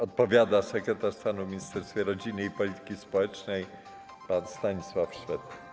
Odpowiada sekretarz stanu w Ministerstwie Rodziny i Polityki Społecznej pan Stanisław Szwed.